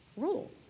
rule